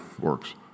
works